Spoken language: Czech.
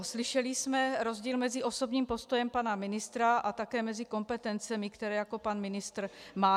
Slyšeli jsme rozdíl mezi osobním postojem pana ministra a také kompetencemi, které jako ministr má.